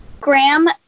Graham